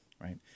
right